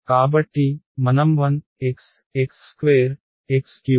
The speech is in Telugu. కాబట్టిమనం 1xx2x3